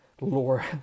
lore